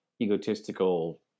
egotistical